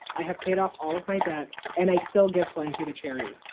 i have paid off all of my debt and i still give plenty to charity.